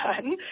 done